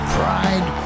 pride